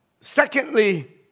Secondly